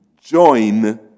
join